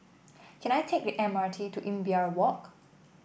can I take the M R T to Imbiah Walk